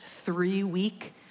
three-week